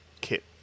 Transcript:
kit